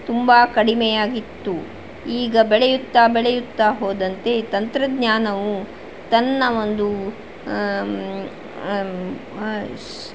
ತುಂಬ ಕಡಿಮೆ ಆಗಿತ್ತು ಈಗ ಬೆಳೆಯುತ್ತ ಬೆಳೆಯುತ್ತ ಹೋದಂತೆ ತಂತ್ರಜ್ಞಾನವು ತನ್ನ ಒಂದು